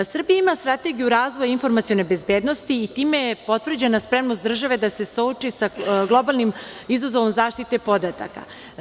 Srbija ima Strategiju razvoja informacione bezbednosti i time je potvrđena spremnost države da se suoči sa globalnim izazovom zaštite podataka.